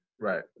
Right